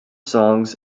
songs